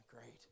Great